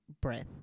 breath